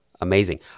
amazing